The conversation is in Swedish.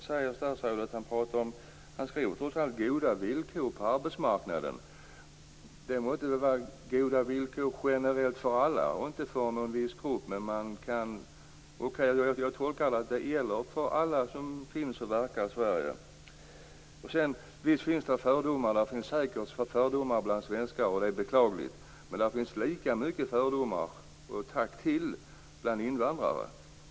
Statsrådet talar om att det skall vara goda villkor på arbetsmarknaden. Det måste väl vara goda villkor generellt för alla, inte för någon viss grupp. Jag tolkar det så att detta gäller för alla som finns och verkar i Visst finns det vidare säkert fördomar bland svenskar, och det är beklagligt, men det finns lika många eller ett snäpp fler bland invandrare.